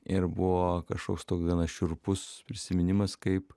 ir buvo kažkoks toks gana šiurpus prisiminimas kaip